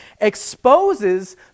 exposes